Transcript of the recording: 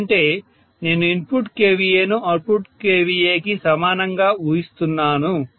ఎందుకంటే నేను input kVA ను అవుట్పుట్ kVA కి సమానంగా ఊహిస్తున్నాను